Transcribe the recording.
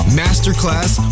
masterclass